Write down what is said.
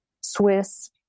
Swiss